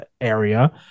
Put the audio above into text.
area